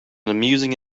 amusing